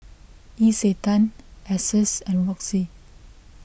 Isetan Asus and Roxy